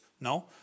No